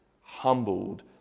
humbled